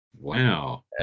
Wow